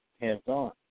hands-on